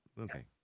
okay